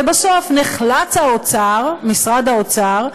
ובסוף נחלץ האוצר, משרד האוצר,